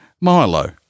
Milo